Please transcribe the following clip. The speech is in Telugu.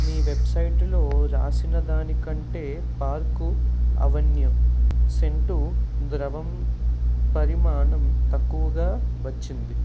మీ వెబ్సైటులో రాసినదానికంటే పార్కు అవెన్యూ సెంటు ద్రవం పరిమాణం తక్కువగా వచ్చింది